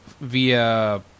via